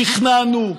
שכנענו,